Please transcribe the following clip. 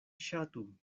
ŝatu